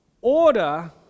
order